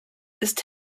ist